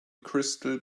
crystal